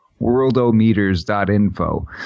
worldometers.info